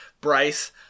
Bryce